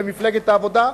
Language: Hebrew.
במפלגת העבודה,